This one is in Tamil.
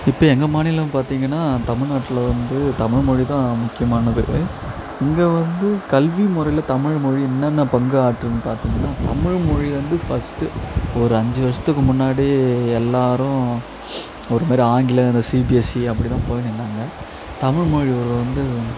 இப்போ எங்கள் மாநிலம் பார்த்திங்கன்னா தமிழ்நாட்டில் வந்து தமிழ்மொழி தான் முக்கியமானது இங்கே வந்து கல்வி முறையில் தமிழ்மொழி என்னென்ன பங்கு ஆற்றுதுன்னு பார்த்திங்கன்னா தமிழ்மொழி வந்து ஃபஸ்ட்டு ஒரு அஞ்சு வருடத்துக்கு முன்னாடி எல்லோரும் ஒரு மாதிரி ஆங்கிலம் இந்த சிபிஎஸ்சி அப்படி தான் போயினு இருந்தாங்க தமிழ் மொழி ஒரு வந்து